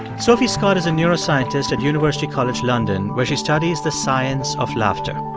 sophie scott is a neuroscientist at university college london, where she studies the science of laughter.